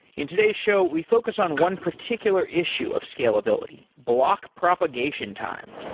in today's show, we focus on one particular issue of scalability, block propagation time.